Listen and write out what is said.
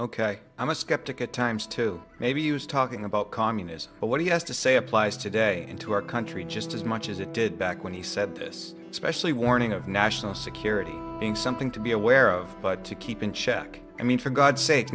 ok i'm a skeptic at times to maybe use talking about communism but what he has to say applies today and to our country just as much as it did back when he said this especially warning of national security being something to be aware of but to keep in check i mean for god's sake